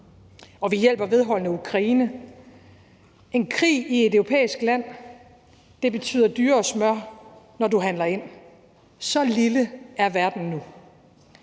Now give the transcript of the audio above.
og vi hjælper vedholdende Ukraine. En krig i et europæisk land betyder dyrere smør, når du handler ind – så lille er verden nu.